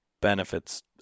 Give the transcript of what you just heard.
benefits